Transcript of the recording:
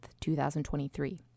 2023